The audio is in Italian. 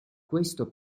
questo